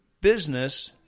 business